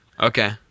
Okay